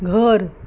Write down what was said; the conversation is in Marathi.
घर